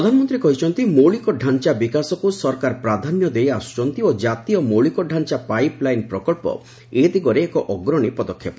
ପ୍ରଧାନମନ୍ତ୍ରୀ କହିଛନ୍ତି ମୌଳିକ ଡ଼ାଞ୍ଚା ବିକାଶକୁ ସରକାର ପ୍ରାଧାନ୍ୟ ଦେଇଆସୁଛନ୍ତି ଓ ଜାତୀୟ ମୌଳିକ ଡ଼ାଞ୍ଚା ପାଇପ୍ ଲାଇନ୍ ପ୍ରକଳ୍ପ ଏ ଦିଗରେ ଏକ ଅଗ୍ରଶୀ ପଦକ୍ଷେପ